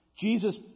Jesus